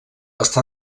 està